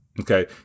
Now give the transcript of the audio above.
Okay